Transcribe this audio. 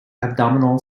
abdominal